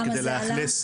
כמה זה עלה?